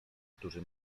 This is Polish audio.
którzy